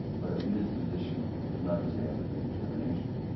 but a predisposition is not the same as a predetermination.